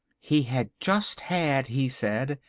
he had just had, he said,